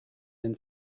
den